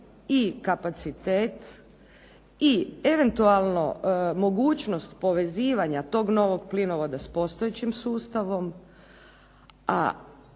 i kapacitet i eventualno mogućnost povezivanja tog novog plinovoda s postojećim sustavom,